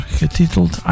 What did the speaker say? ...getiteld